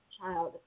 child